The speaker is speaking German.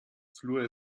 fluor